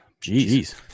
Jeez